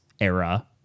era